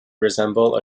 resemble